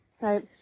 Right